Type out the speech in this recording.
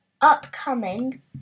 upcoming